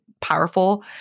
powerful